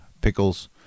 pickles